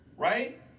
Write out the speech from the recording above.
right